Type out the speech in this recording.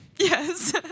Yes